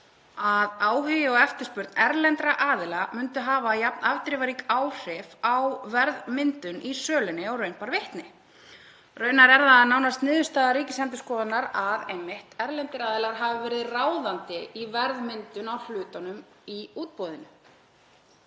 að áhugi og eftirspurn erlendra aðila myndi hafa jafn afdrifarík áhrif á verðmyndun í sölunni og raun bar vitni. Raunar er það nánast niðurstaða Ríkisendurskoðunar að einmitt erlendir aðilar hafi verið ráðandi í verðmyndun á hlutunum í útboðinu.